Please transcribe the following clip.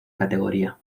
categoría